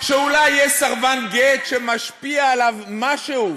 שאולי יהיה סרבן גט שמשפיע עליו משהו,